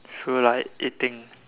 feel like eating